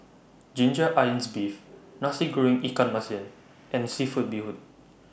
Ginger Onions Beef Nasi Goreng Ikan Masin and Seafood Bee Hoon